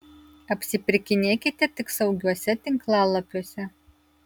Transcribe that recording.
apsipirkinėkite tik saugiuose tinklalapiuose